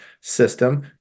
system